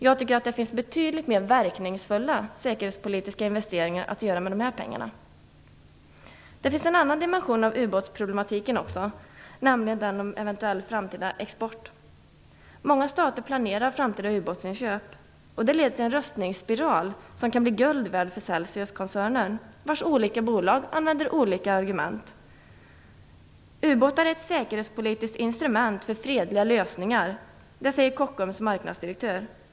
Jag tycker att det finns betydligt mer verkningsfulla säkerhetspolitiska investeringar som man kan göra med de här pengarna. Det finns också en annan dimension av ubåtsproblematiken, nämligen den som rör en eventuell framtida export. Många stater planerar framtida ubåtsinköp, och det leder till en rustningsspiral som kan bli guld värd för Celsiuskoncernen. Bolagen inom koncernen använder olika försäljningsargument. Ubåtar är ett säkerhetspolitiskt instrument för fredliga lösningar, säger Kockums marknadsdirektör.